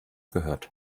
gehört